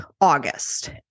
August